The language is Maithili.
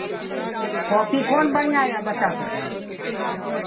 कॉपी कोन बढ़िआँ यए बच्चा सभके